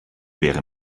wäre